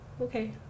Okay